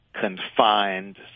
confined